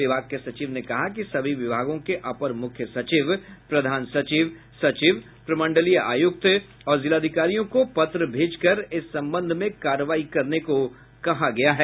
विभाग के सचिव ने कहा कि सभी विभागों के अपर मुख्य सचिव प्रधान सचिव सचिव प्रमंडलीय आयुक्त और जिलाधिकारियों को पत्र भेज कर इस संबंध में कार्रवाई करने को कहा गया है